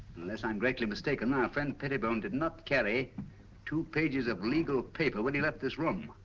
unless i'm greatly mistaken, our friend pettibone, did not carry two pages of legal paper when he left this room.